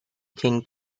king